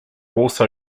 also